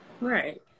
right